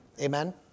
amen